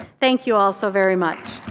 thank you all so very much.